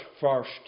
first